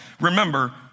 Remember